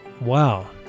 wow